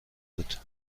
بود